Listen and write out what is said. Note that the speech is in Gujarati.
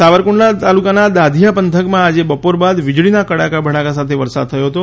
સાવરકુંડલા તાલુકાના દાધીયા પંથકમા આજે બપોરબાદ વિજળીના કડાકા ભડાકા સાથે વરસાદ થયો હતો